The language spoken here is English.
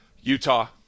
Utah